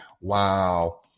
wow